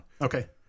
Okay